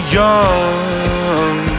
young